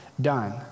done